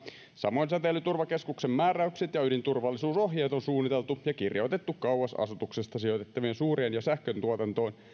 samoin säteilyturvakeskuksen määräykset ja ydinturvallisuusohjeet on suunniteltu ja kirjoitettu kauas asutuksesta sijoitettavien suurien ja sähköntuotantoon